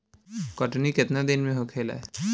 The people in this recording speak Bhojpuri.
कटनी केतना दिन में होखेला?